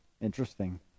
Interesting